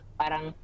parang